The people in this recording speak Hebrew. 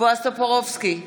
בועז טופורובסקי,